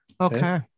Okay